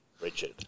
Richard